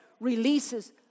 releases